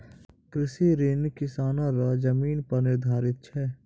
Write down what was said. कृषि ऋण किसानो रो जमीन पर निर्धारित छै